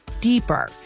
deeper